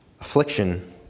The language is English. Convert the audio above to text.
affliction